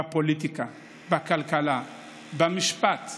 בפוליטיקה, בכלכלה, במשפט,